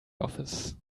office